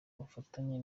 ubufatanye